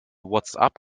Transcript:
whatsapp